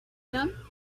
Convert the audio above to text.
done